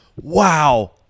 wow